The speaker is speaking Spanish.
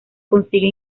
consigue